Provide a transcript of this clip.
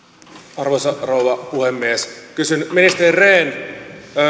arvoisa rouva puhemies ministeri rehn